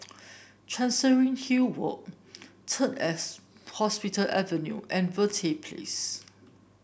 Chancery Hill Walk Third S Hospital Avenue and Verde Place